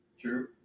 True